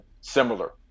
similar